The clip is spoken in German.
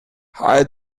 als